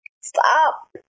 stop